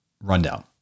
rundown